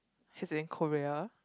he's in Korea